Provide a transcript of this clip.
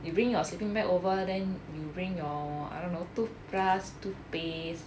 you bring your sleeping bag over then you bring your I don't know toothbrush toothpaste